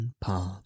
path